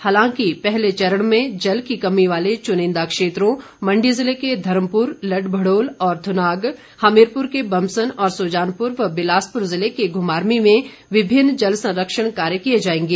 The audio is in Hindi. हालांकि पहले चरण में जल की कमी वाले चुनिंदा क्षेत्रों मण्डी ज़िले के धर्मपुर लड़मड़ोल और थुनाग हमीरपुर के बमसन और सुजानपुर व बिलासपुर जिले के घुमारवी में विभिन्न जल संरक्षण कार्य किए जाएंगे